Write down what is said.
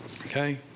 Okay